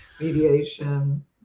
mediation